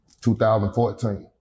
2014